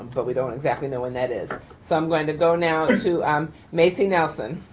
but we don't exactly know when that is. so, i'm going to go now to um macy nelson.